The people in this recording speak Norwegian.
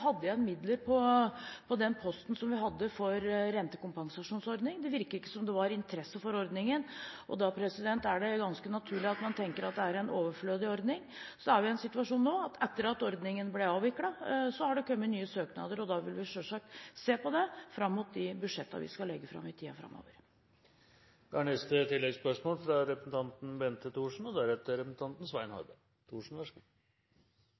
hadde igjen midler på den posten vi hadde for rentekompensasjonsordning. Det virket ikke som det var interesse for ordningen, og da er det ganske naturlig at man tenker at det er en overflødig ordning. Så er vi i en situasjon nå at det etter at ordningen ble avviklet har kommet nye søknader, og da vil vi selvsagt se på det fram mot de budsjettene vi skal legge fram i tida framover. Bente Thorsen – til oppfølgingsspørsmål. Fremskrittspartiet har tatt Kirkens økonomiske situasjon på alvor for å bevare folkekirken. Vi har